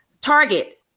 Target